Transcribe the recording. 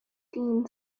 dean